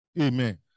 Amen